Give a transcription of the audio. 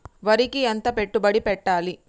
వరికి ఎంత పెట్టుబడి పెట్టాలి?